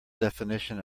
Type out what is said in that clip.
definition